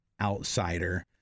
outsider